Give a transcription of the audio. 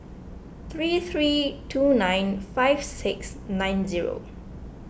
three three two nine five six nine zero